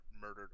murdered